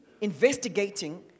investigating